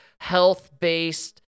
health-based